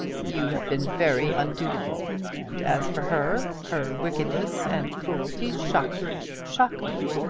you have been very undutiful and as for her, her wickedness and cruelty shock me shock me.